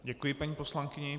Děkuji paní poslankyni.